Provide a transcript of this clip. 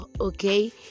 okay